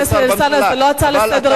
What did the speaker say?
חבר הכנסת אלסאנע, זה לא הצעה לסדר-יום.